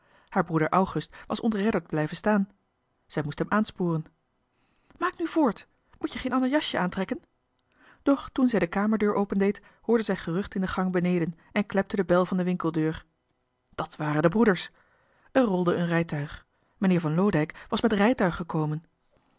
haar broeder august was ontredderd blijven staan zij moest hem aansporen maak nu voort moet je geen ander jasje aantrekken doch toen zij de kamerdeur opendeed hoorde zij gerucht in de gang beneden en klepte de bel van de winkeldeur dat waren de broeders johan de meester de zonde in het deftige dorp er rolde een rijtuig meneer van loodijck was met rijtuig gekomen